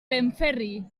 benferri